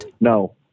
No